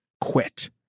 quit